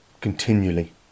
continually